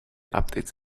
updates